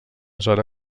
zona